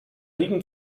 liegen